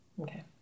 Okay